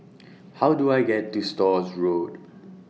How Do I get to Stores Road